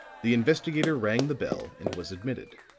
the investigator rang the bell and was admitted.